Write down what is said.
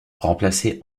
remplacer